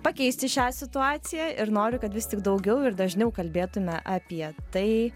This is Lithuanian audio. pakeisti šią situaciją ir noriu kad vis tik daugiau ir dažniau kalbėtume apie tai